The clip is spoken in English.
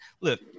Look